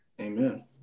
Amen